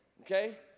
Okay